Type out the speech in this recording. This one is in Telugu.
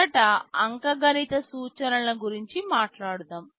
మొదట అంకగణిత సూచనల గురించి మాట్లాడుదాం